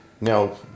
Now